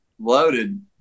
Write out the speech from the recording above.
loaded